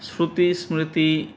श्रुतिस्मृति